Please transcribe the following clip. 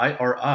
IRI